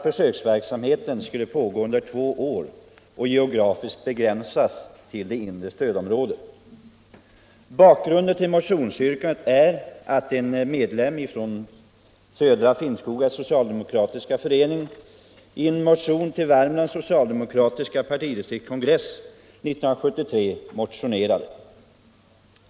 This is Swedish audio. Försöksverksamheten skulle pågå under två år och geografiskt begränsas till det inre stödområdet. Bakgrunden till motionsyrkandet är en motion av en medlem från Södra Finnskoga socialdemokratiska förening till Värmlands socialdemokratiska partidistrikts kongress 1973.